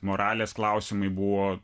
moralės klausimai buvo